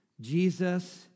Jesus